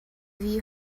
view